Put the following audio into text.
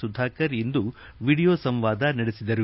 ಸುಧಾಕರ್ ಇಂದು ವಿಡಿಯೋ ಸಂವಾದ ನಡೆಸಿದರು